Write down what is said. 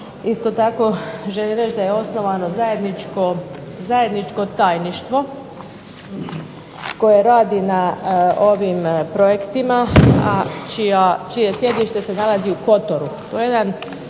Isto tako, želim reći da je osnovano zajedničko tajništvo koje radi na ovim projektima, a čije sjedište se nalazi u Kotoru.